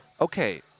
Okay